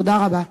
תודה רבה.